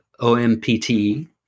OMPT